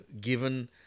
given